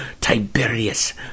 Tiberius